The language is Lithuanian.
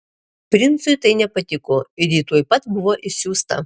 princui tai nepatiko ir ji tuoj pat buvo išsiųsta